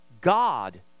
God